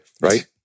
right